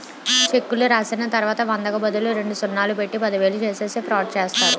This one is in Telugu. చెక్కు రాసిచ్చిన తర్వాత వందకు బదులు రెండు సున్నాలు పెట్టి పదివేలు చేసేసి ఫ్రాడ్ చేస్తారు